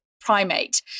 primate